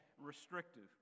restrictive